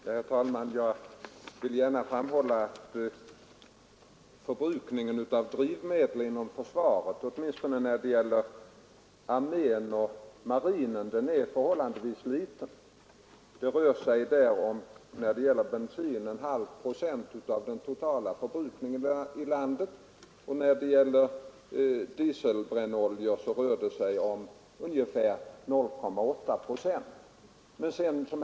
Herr talman! Jag vill gärna framhålla att förbrukningen av drivmedel inom försvaret, åtminstone när det gäller armén och marinen, är förhållandevis liten. Det rör sig om 0,5 procent av den totala förbrukningen av bensin i landet och om ungefär 0,8 procent av den totala förbrukningen av dieselbrännoljor.